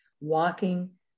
walking